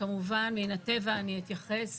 וכמובן אתייחס